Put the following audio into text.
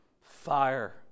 fire